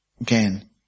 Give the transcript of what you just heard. Again